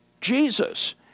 Jesus